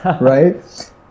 right